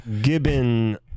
Gibbon